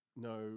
no